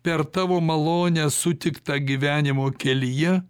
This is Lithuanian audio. per tavo malonę sutiktą gyvenimo kelyje